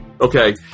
Okay